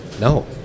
No